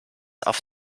auf